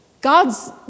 God's